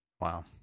Wow